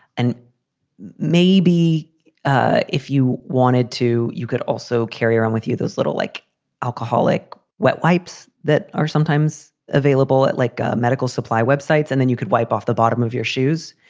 and maybe ah if you wanted to, you could also carry around with you those little like alcoholic wipes that are sometimes available at like a medical supply web sites. and then you could wipe off the bottom of your shoes.